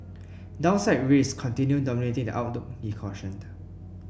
downside risks continue dominating the outlook he cautioned